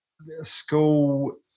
school